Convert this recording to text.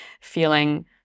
feeling